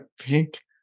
pink